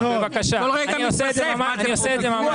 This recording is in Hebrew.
בבקשה, אני עושה את זה ממש קצר.